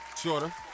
shorter